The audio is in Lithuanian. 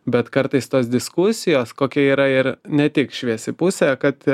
bet kartais tos diskusijos kokia yra ir ne tik šviesi pusė kad